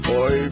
Boy